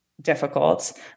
difficult